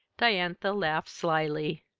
diantha laughed slyly.